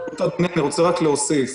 אני רוצה להוסיף,